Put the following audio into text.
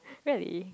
really